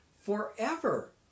forever